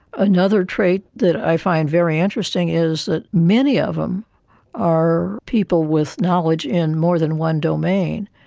another trait that i find very interesting is that many of them are people with knowledge in more than one domain.